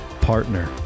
partner